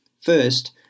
First